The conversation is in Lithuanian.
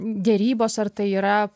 derybos ar tai yra